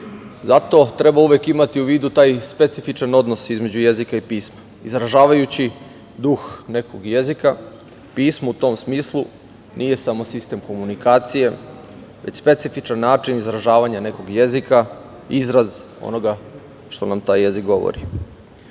zato treba uvek imati u vidu taj specifičan odnos između jezika i pisma. Izražavajući duh nekog jezika, pismo u tom smislu nije samo sistem komunikacije, već specifičan način izražavanja nekog jezika, izraz onoga što nam taj jezik govori.U